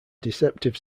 deceptive